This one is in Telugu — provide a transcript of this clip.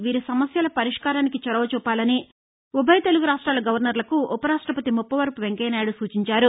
వీరి సమస్యల పరిష్కారానికి చొరవచూపాలని ఉభయ తెలుగు రాష్ట్లాల గవర్నర్లకు ఉపరాష్టపతి ముప్పవరపు వెంకయ్యనాయుడు సూచించారు